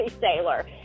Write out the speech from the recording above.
sailor